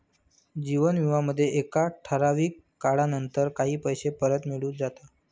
जीवन विमा मध्ये एका ठराविक काळानंतर काही पैसे परत मिळून जाता